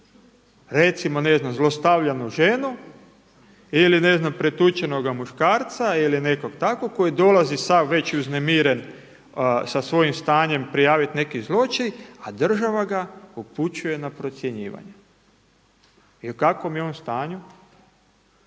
recimo ne znam zlostavljanu ženu ili ne znam pretučenoga muškarca ili nekog takvog koji dolazi sav već uznemiren sa svojim stanjem prijaviti neki zločin a država ga upućuje na procjenjivanje. I u kakvom je on stanju?